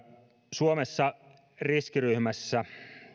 suomessa riskiryhmässä